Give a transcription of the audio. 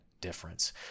difference